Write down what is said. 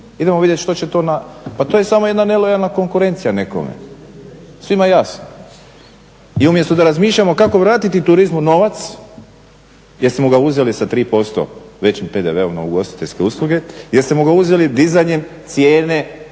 odustaješ od toga. Pa to je samo jedna nelojalna konkurencija nekome, svima jasno. I umjesto da razmišljamo kako vratiti turizmu novac jesmo ga uzeli sa 3% većim PDV-om na ugostiteljske usluge, jeste mu ga uzeli dizanjem cijene